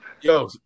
yo